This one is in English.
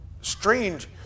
strange